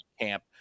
camp